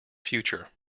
future